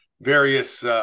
various